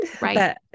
right